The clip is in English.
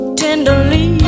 tenderly